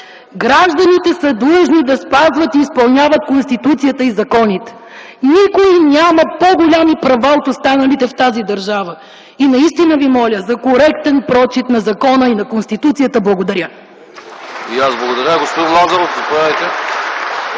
„Гражданите са длъжни да спазват и изпълняват Конституцията и законите. Никой няма по големи права от останалите в тази държава.” И наистина Ви моля за коректен прочит на закона и на Конституцията. Благодаря. (Ръкопляскания от